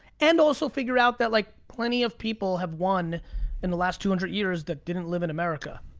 and also figure out that like plenty of people have won in the last two hundred years that didn't live in america.